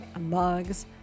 mugs